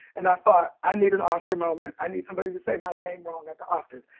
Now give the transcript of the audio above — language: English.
and i thought, i need an oscar moment. i need somebody to say my name wrong at the oscars.